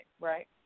right